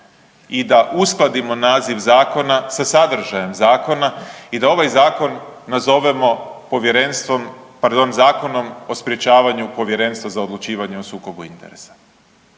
i da uskladimo naziv zakona sa sadržajem zakona i da ovaj zakon nazovemo povjerenstvom, pardon zakonom o sprječavanju Povjerenstva za odlučivanje o sukobu interesa.